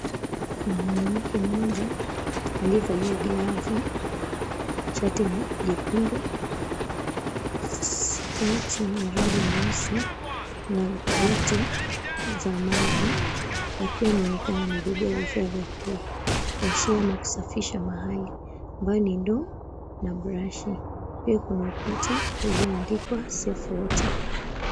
Kuna mwanamke mmoja aliyevalia glavu, shati jekundu, sikati ya rangi nyeusi na buti za maji akiwa anaonekana akiwa amebeba vifaa vya kuoshea ama kusafisha mahali ambayo ni ndoo na brushi pia kuna ukuta ulioandikwa, Safe Water.